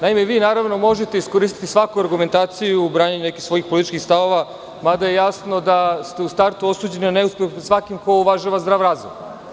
Naime, vi naravno možete iskoristiti svaku argumentaciju ubrajanjem nekih svojih političkih stavova, mada je jasno da ste u startu osuđeni na neuspeh pred svakim ko uvažava zdrav razum.